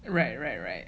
right right right